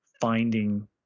finding